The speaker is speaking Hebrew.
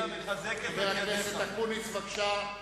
חבר הכנסת אקוניס, בבקשה.